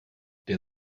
der